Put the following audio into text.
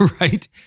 right